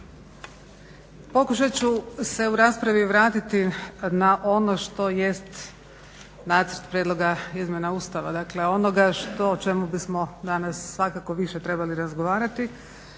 Pokušat ću se u raspravi vratiti na ono što jest nacrt prijedloga izmjena Ustava dakle onoga što o čemu bismo danas svakako više trebali razgovarati